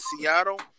Seattle